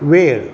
वेळ